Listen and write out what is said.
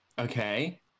okay